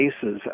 cases